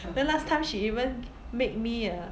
then last time she even make me ah